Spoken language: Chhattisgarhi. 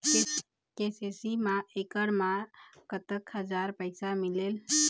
के.सी.सी मा एकड़ मा कतक हजार पैसा मिलेल?